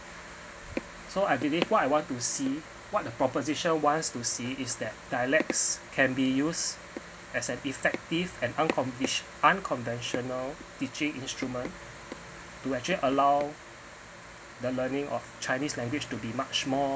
so I believe what I want to see what the proposition wants to see is that dialects can be used as an effective and accomplish unconventional teaching instrument to actually allow the learning of chinese language to be much more